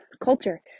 culture